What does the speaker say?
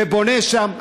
ובונה שם,